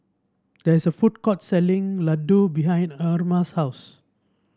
there is a food court selling Ladoo behind Erma's house